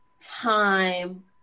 time